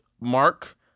Mark